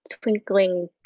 twinkling